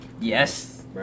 Yes